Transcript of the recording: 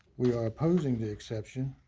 we are opposing the exception.